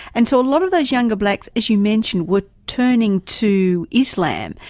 and so a lot of those younger blacks, as you mentioned, were turning to islam,